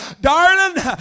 darling